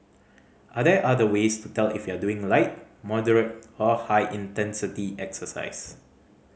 are there other ways to tell if you are doing light moderate or high intensity exercise